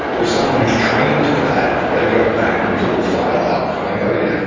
with someone who's trained for that, they go back and pull the file out like, oh, yeah,